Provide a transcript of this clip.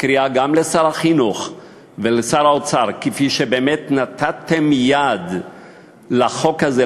קריאה לשר החינוך ולשר האוצר: כפי שבאמת נתתם יד לחוק הזה,